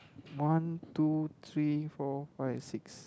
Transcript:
one two three four five six